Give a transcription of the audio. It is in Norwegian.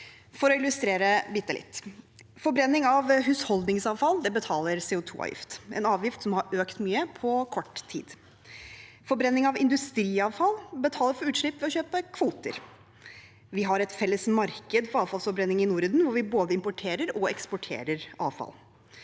For å illustrere bitte litt: Forbrenning av husholdningsavfall betaler CO2-avgift, en avgift som har økt mye på kort tid. Forbrenning av industriavfall betaler for utslipp ved å kjøpe kvoter. Vi har et felles marked for avfallsforbrenning i Norden, hvor vi både importerer og eksporterer avfall.